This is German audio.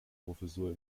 professur